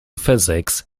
physics